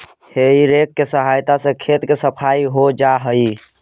हेइ rake के सहायता से खेत के सफाई हो जा हई